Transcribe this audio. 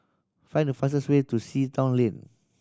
find the fastest way to Sea Town Lane